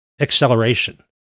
acceleration